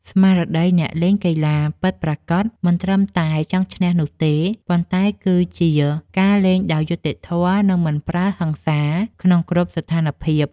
ស្មារតីអ្នកកីឡាពិតប្រាកដមិនត្រឹមតែចង់ឈ្នះនោះទេ ប៉ុន្តែគឺជាការលេងដោយយុត្តិធម៌ និងមិនប្រើហិង្សាក្នុងគ្រប់ស្ថានភាព។